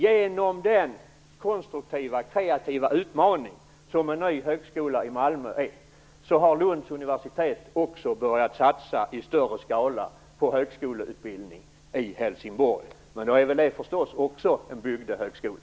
Genom den konstruktiva och kreativa utmaning som en ny högskola i Malmö är har Lunds universitet också börjat satsa i större skala på högskoleutbildning i Helsingborg. Men då är väl det förstås också en bygdehögskola!